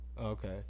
Okay